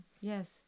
yes